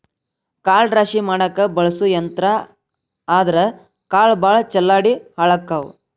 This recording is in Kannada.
ಕಾಳ ರಾಶಿ ಮಾಡಾಕ ಬಳಸು ಯಂತ್ರಾ ಆದರಾ ಕಾಳ ಭಾಳ ಚಲ್ಲಾಡಿ ಹಾಳಕ್ಕಾವ